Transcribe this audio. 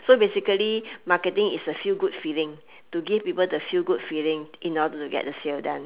so basically marketing is a feel good feeling to give people the feel good feeling in order to get the sale done